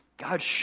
God